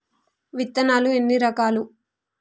విత్తనాలు ఎన్ని రకాలు?